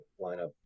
lineup